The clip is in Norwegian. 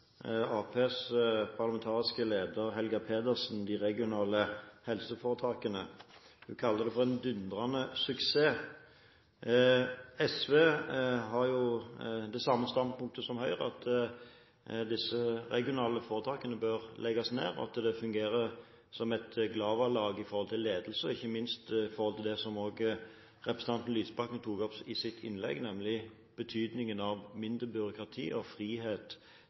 Arbeiderpartiets parlamentariske leder, Helga Pedersen, de regionale helseforetakene. Hun kaller det for «en dundrende suksess». SV har jo det samme standpunktet som Høyre, at disse regionale foretakene bør legges ned, og at de fungerer som et glavalag i forhold til ledelse og ikke minst i forhold til det som også representanten Lysbakken tok opp i sitt innlegg, nemlig betydningen av mindre byråkrati og frihet